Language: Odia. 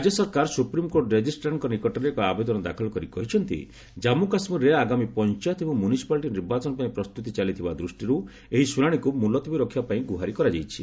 ରାଜ୍ୟ ସରକାର ସୁପ୍ରିମକୋର୍ଟ ରେଜିଷ୍ଟ୍ରାରଙ୍କ ନିକଟରେ ଏକ ଆବେଦନ ଦାଖଲ କରି କହିଛନ୍ତି ଜାନ୍ଧୁ କାଶ୍ମୀରରେ ଆଗାମୀ ପଞ୍ଚାୟତ ଏବଂ ମ୍ୟୁନିସିପାଲିଟି ନିର୍ବାଚନ ପାଇଁ ପ୍ରସ୍ତୁତି ଚାଲିଥିବା ଦୃଷ୍ଟିରୁ ଏହି ଶୁଣାଶିକୁ ମୁଲତବୀ ରଖିବା ପାଇଁ ଗୁହାରି କରାଯାଇଛି